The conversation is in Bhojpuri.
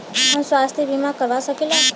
हम स्वास्थ्य बीमा करवा सकी ला?